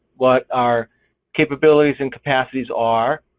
what our capabilities and capacities are,